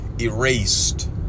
erased